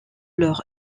leurs